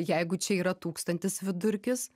jeigu čia yra tūkstantis vidurkis